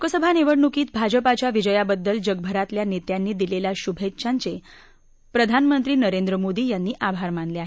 लोकसभा निवडणुकीत भाजपाच्या विजयाबद्दल जगभरातल्या नेत्यांनी दिलेल्या शुभेच्छांचे प्रधानमंत्री नरेंद्र मोदी यांनी आभार मानले आहेत